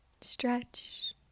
stretch